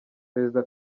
perezida